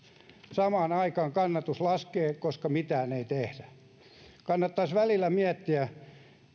samaan aikaan kannatus laskee koska mitään ei tehdä kannattaisi välillä miettiä